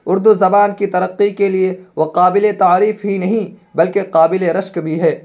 اردو زبان کی ترقی کے لیے وہ قابل تعریف ہی نہیں بلکہ قابل رشک بھی ہیں